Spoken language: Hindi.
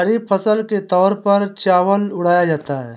खरीफ फसल के तौर पर चावल उड़ाया जाता है